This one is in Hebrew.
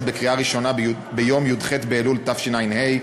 בקריאה ראשונה ביום י"ח באלול תשע"ה,